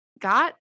got